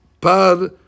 par